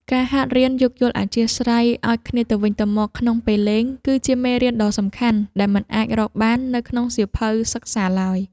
ការហាត់រៀនយោគយល់អធ្យាស្រ័យឱ្យគ្នាទៅវិញទៅមកក្នុងពេលលេង គឺជាមេរៀនជីវិតដ៏សំខាន់ដែលមិនអាចរកបាននៅក្នុងសៀវភៅសិក្សាឡើយ។